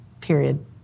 Period